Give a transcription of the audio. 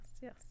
yes